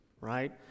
right